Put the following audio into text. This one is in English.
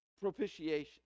Propitiation